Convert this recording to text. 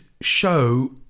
show